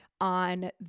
on